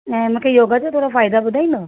ऐं मूंखे योगा जो थोरो फ़ाइदा ॿुधाईंदव